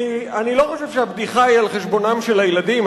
כי אני לא חושב שהבדיחה היא על חשבונם של הילדים,